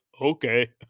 okay